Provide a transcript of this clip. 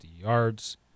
yards